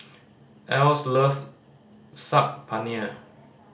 Else love Saag Paneer